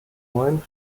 ohren